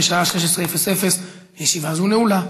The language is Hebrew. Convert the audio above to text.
בשעה 16:00. ישיבה זו נעולה.